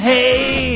Hey